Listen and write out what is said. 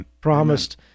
promised